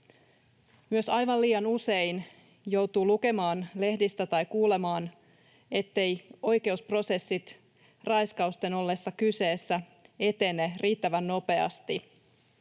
Myös aivan liian usein joutuu lukemaan lehdistä tai kuulemaan, etteivät oikeusprosessit raiskausten ollessa kyseessä etene riittävän nopeasti,